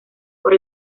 por